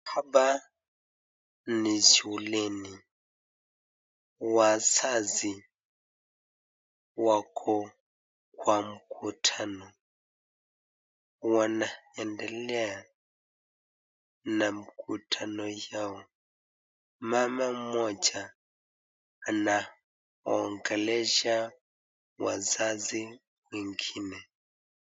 Hapa ni shuleni, wazazi wako kwa mkutano, wanaendelea na mkutano yao. Mama mmoja anaongelesha wazazi wengine.